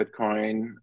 Bitcoin